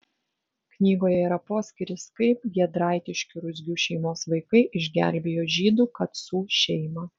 knygoje yra poskyris kaip giedraitiškių ruzgių šeimos vaikai išgelbėjo žydų kacų šeimą